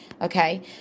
Okay